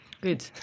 Good